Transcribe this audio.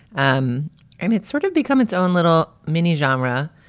um and it's sort of become its own little mini genre.